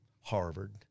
Harvard